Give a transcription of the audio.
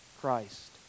Christ